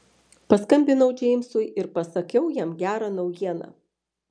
paskambinau džeimsui ir pasakiau jam gerą naujieną